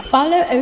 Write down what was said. Follow